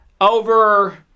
over